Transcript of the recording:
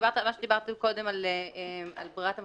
אני רוצה להתכתב עם מה שדיברת קודם על ברירת המחדל,